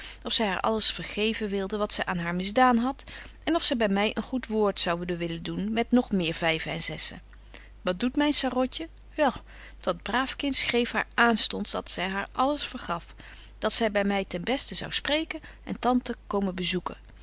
of zy haar alles vergeven wilde wat zy aan haar misdaan hadt en of zy by my een goed woord zoude willen doen met nog meer vyven en zessen wat doet myn sarotje wel dat braaf kind schreef haar aanstonds dat zy haar alles vergaf dat zy by my ten besten zou spreken en tante komen bezoeken